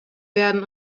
werden